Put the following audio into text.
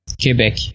Quebec